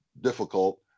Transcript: difficult